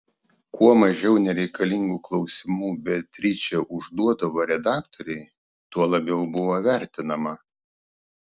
kuo mažiau nereikalingų klausimų beatričė užduodavo redaktorei tuo labiau buvo vertinama